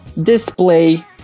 Display